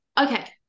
Okay